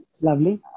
Lovely